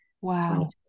Wow